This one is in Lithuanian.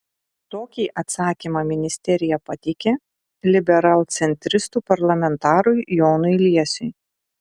tokį atsakymą ministerija pateikė liberalcentristų parlamentarui jonui liesiui